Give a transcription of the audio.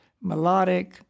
melodic